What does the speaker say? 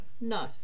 No